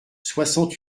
soixante